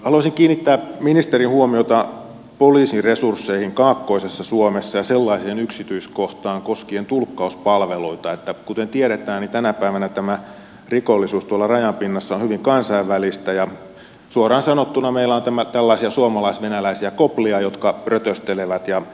haluaisin kiinnittää ministerin huomiota poliisin resursseihin kaakkoisessa suomessa ja sellaiseen yksityiskohtaan koskien tulkkauspalveluita että tänä päivänä tämä rikollisuus tuolla rajan pinnassa on hyvin kansainvälistä kuten tiedetään ja suoraan sanottuna meillä on tällaisia suomalais venäläisiä koplia jotka rötöstelevät